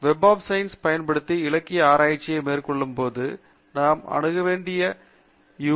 web of science பயன்படுத்தி இலக்கிய ஆராய்ச்சியை மேற்கொள்ளும்போது நாம் அணுக வேண்டிய இரண்டு யூ